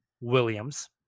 Williams